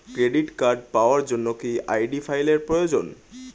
Credit card পাওয়ার জন্য কি আই.ডি ফাইল এর প্রয়োজন?